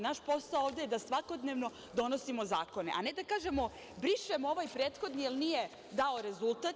Naš posao ovde je da svakodnevno donosimo zakone, a ne da kažemo – brišem ovaj prethodni jer nije dao rezultat.